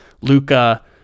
Luca